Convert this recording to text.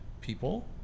people